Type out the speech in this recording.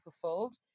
fulfilled